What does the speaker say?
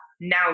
now